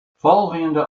folgjende